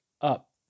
up